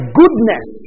goodness